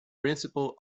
principle